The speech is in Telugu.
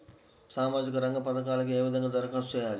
సామాజిక రంగ పథకాలకీ ఏ విధంగా ధరఖాస్తు చేయాలి?